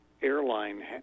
Airline